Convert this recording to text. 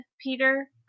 Peter